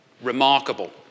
remarkable